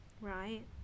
right